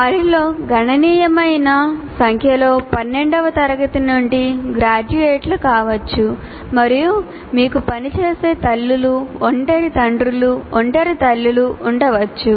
వారిలో గణనీయమైన సంఖ్యలో పన్నెండవ తరగతి నుండి గ్రాడ్యుయేట్లు కావచ్చు మరియు మీకు పని చేసే తల్లులు ఒంటరి తండ్రులు ఒంటరి తల్లులు ఉండవచ్చు